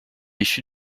issu